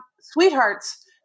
sweethearts